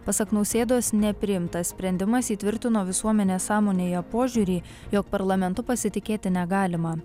pasak nausėdos nepriimtas sprendimas įtvirtino visuomenės sąmonėje požiūrį jog parlamentu pasitikėti negalima